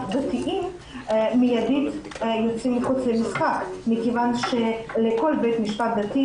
דתיים מידית יוצאים מחוץ למשחק מכיוון שכל בית משפט דתי